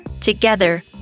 Together